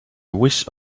wish